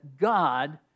God